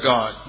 God